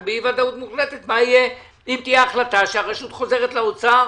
מה יהיה אם תהיה החלטה שהרשות חוזרת לאוצר?